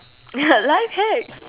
ya life hacks